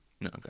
No